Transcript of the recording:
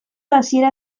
hasiera